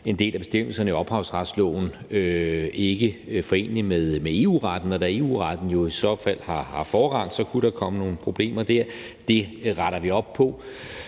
en del af bestemmelserne i ophavsretsloven ikke forenelige med EU-retten, og da EU-retten jo i så fald har forrang, kunne der komme nogle problemer dér. Det retter vi op på.